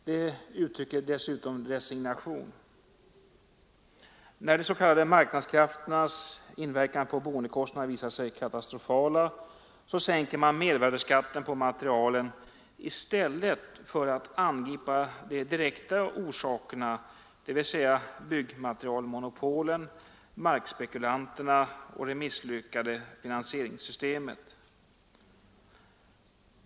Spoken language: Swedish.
Det uttrycker dessutom resignation. När de s.k. marknadskrafternas inverkan på boendekostnaderna visat sig katastrofala, så sänker man mervärdeskatten på materialen i stället för att angripa de direkta orsakerna, dvs. byggmaterialmonopolen, markspekulanterna och det misslyckade finansieringssystemet.